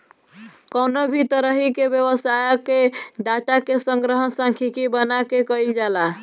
कवनो भी तरही के व्यवसाय कअ डाटा के संग्रहण सांख्यिकी बना के कईल जाला